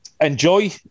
Enjoy